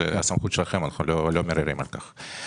זאת הסמכות שלכם ואנחנו לא מערערים על כך.